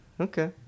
Okay